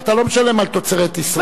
אתה לא משלם על תוצרת ישראל.